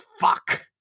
fuck